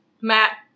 Matt